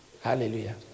Hallelujah